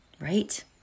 Right